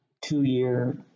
two-year